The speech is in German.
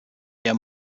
der